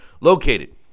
located